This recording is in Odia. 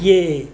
କିଏ